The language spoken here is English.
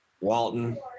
Walton